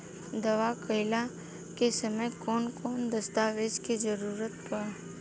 दावा कईला के समय कौन कौन दस्तावेज़ के जरूरत बा?